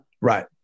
right